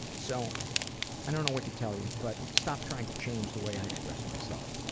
so i don't know what to tell you, but stop trying to change the way i express myself.